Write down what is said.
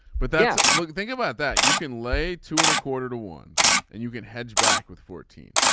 but yeah look thinking about that you can lay two and a quarter to one and you can heads back with fourteen.